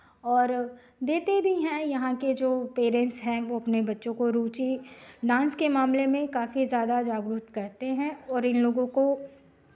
और देते भी हैं यहाँ के जो पेरेंट्स हैं वो अपने बच्चों को रुचि डांस के मामले में काफ़ी ज़्यादा जागरूक करते हैं और इन लोगों को